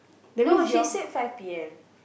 no she said five p_m